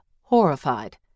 horrified